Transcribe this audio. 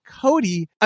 Cody